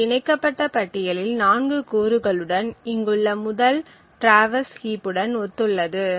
இது இணைக்கப்பட்ட பட்டியலில் 4 கூறுகளுடன் இங்குள்ள முதல் ட்ராவர்ஸ் ஹீப்புடன் ஒத்துள்ளது